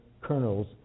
kernels